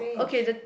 okay the